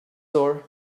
door